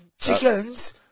Chickens